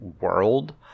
world